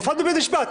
והופעת בבית משפט,